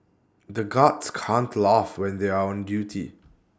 the guards can't laugh when they are on duty